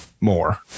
more